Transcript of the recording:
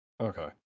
Okay